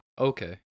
Okay